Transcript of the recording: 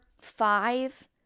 five